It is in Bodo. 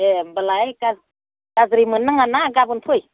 दे होमब्लालाय गाज्रि मोननो नाङाना गाबोन फै